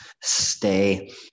stay